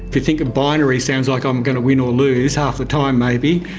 if you think of binary, sounds like i'm going to win or lose half the time maybe,